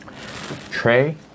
Trey